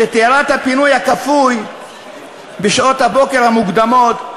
כשתיארה את הפינוי הכפוי בשעות הבוקר המוקדמות,